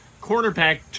quarterback